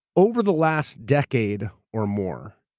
over the last decade or more,